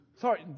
sorry